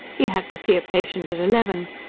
he had to see a patient at eleven.